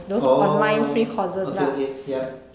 orh okay okay ya